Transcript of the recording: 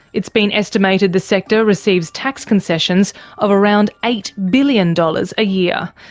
it's been estimated the sector receives tax concessions of around eight billion dollars a year.